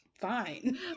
fine